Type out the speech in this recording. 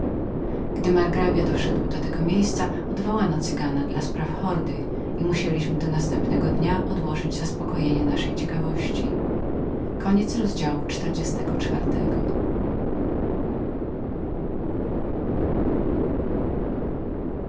gdy margrabia doszedł do tego miejsca odwołano cygana dla spraw jego hordy i musieliśmy do następnego dnia odłożyć zaspokojenie naszej ciekawości